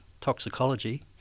toxicology